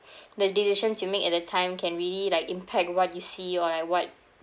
the decisions you make at that time can really like impact what you see or like what